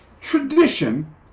tradition